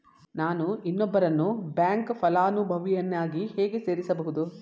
ನಾನು ಇನ್ನೊಬ್ಬರನ್ನು ಬ್ಯಾಂಕ್ ಫಲಾನುಭವಿಯನ್ನಾಗಿ ಹೇಗೆ ಸೇರಿಸಬಹುದು?